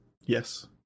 Yes